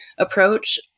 approach